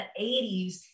80s